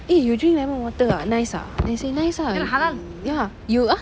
eh you drink lemon water ah nice ah then I say nice ah ya you ah